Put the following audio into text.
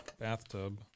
bathtub